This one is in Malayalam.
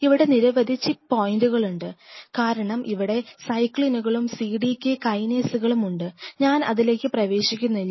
ഇവിടെ നിരവധി ചിപ്പ് പോയിൻറുകൾ ഉണ്ട് കാരണം ഇവിടെ സൈക്ലിനുകളും cdk കൈനെയ്സുകളും ഉണ്ട് ഞാൻ അതിലേക്ക് പ്രവേശിക്കുന്നില്ല